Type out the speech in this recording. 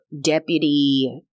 deputy